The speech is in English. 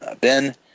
Ben